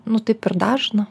nu taip ir dažna